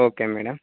okay madam